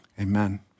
amen